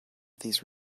these